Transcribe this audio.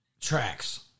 Tracks